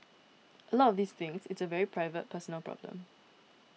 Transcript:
a lot of these things it's a very private personal problem